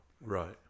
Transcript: Right